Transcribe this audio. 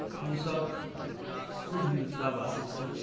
हमसभ शुद्ध मिथिला वासी छी